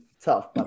tough